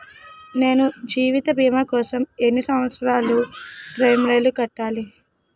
నేను జీవిత భీమా కోసం ఎన్ని సంవత్సారాలు ప్రీమియంలు కట్టాలి?